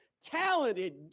talented